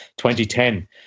2010